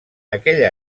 aquella